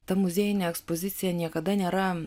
ta muziejinė ekspozicija niekada nėra